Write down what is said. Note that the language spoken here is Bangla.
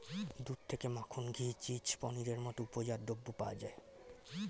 দুধ থেকে মাখন, ঘি, চিজ, পনিরের মতো উপজাত দ্রব্য পাওয়া যায়